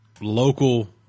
local